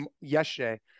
yesterday